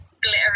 glittery